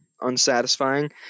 unsatisfying